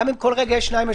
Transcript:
גם אם כל רגע יש שניים.